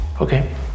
Okay